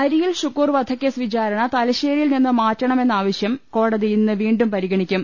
അരിയിൽ ഷുക്കൂർ വധക്കേസ് വിചാരണ തലശ്ശേരിയിൽ നിന്ന് മാറ്റണമെന്ന ആവശ്യം കോടതി ഇന്ന് വീണ്ടും പരിഗണി ക്കും